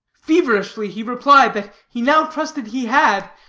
feverishly he replied that he now trusted he had,